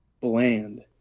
Bland